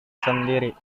sendiri